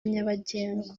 nyabagendwa